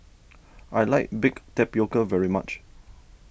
I like Baked Tapioca very much